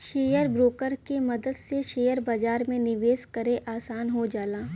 share broker के मदद से शेयर बाजार में निवेश करे आसान हो जाला